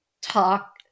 talk